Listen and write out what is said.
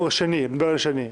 אני מדבר על יום שני.